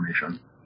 information